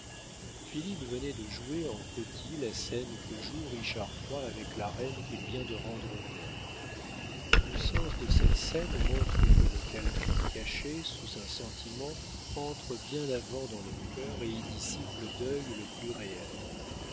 venait de jouer en petit la scène que joue richard iii avec la reine qu'il vient de rendre veuve le sens de cette scène montre que le calcul caché sous un sentiment entre bien avant dans le cœur et y dissipe le deuil le plus réel